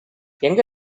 எங்க